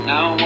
Now